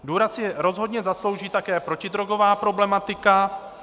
Důraz si rozhodně zaslouží také protidrogová problematika.